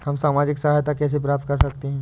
हम सामाजिक सहायता कैसे प्राप्त कर सकते हैं?